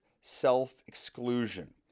self-exclusion